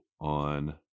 on